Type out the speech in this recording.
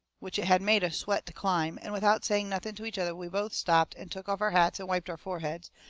which it had made us sweat to climb, and without saying nothing to each other we both stopped and took off our hats and wiped our foreheads,